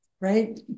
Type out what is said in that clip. Right